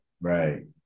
Right